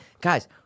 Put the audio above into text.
guys